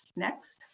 next.